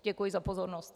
Děkuji za pozornost.